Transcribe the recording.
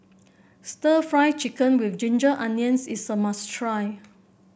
stir Fry Chicken with Ginger Onions is a must try